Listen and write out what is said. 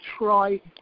right